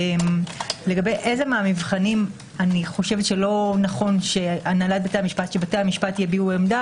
לגבי אילו מהמבחנים אני חושבת שלא נכון שבתי המשפט יביעו עמדה